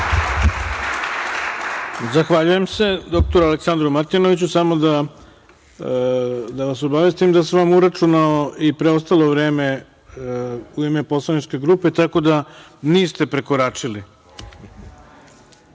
Zahvaljujem se dr Aleksandru Martinoviću. Samo da vas obavestim da sam vam uračunao preostalo vreme u ime poslaničke grupe, tako da niste prekoračili. Takođe